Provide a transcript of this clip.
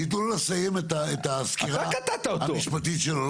תנו לו לסיים את הסקירה המשפטית שלו.